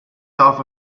south